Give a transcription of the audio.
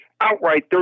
outright